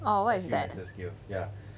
oh what is that